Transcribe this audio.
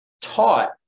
taught